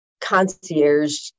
concierge